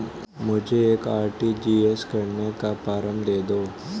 मुझे एक आर.टी.जी.एस करने का फारम दे दो?